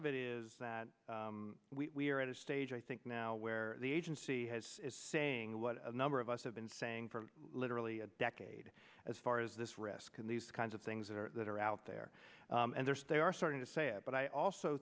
of it is that we are at a stage i think now where the agency has is saying what a number of us have been saying for literally a decade as far as this risk and these kinds of things that are that are out there and there they are starting to say but i also